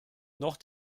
noch